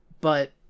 but-